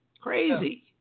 crazy